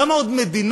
כמה עוד מדינות,